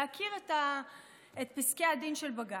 להכיר את פסקי הדין של בג"ץ,